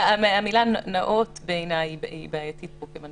--- המילה "נאות" בעיניי היא בעייתית פה, כיוון